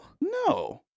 No